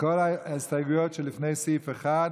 כל ההסתייגויות שלפני סעיף 1,